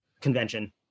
convention